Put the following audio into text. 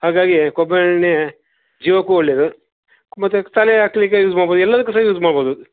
ಹಾಗಾಗಿ ಕೊಬ್ಬರಿ ಎಣ್ಣೆ ಜೀವಕ್ಕು ಒಳ್ಳೇದು ಮತ್ತೆ ತಲೆಗೆ ಹಾಕ್ಲಿಕ್ಕೆ ಯೂಸ್ ಮಾಡ್ಬೋದು ಎಲ್ಲದಕ್ಕು ಸಹ ಯೂಸ್ ಮಾಡ್ಬೋದು